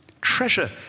Treasure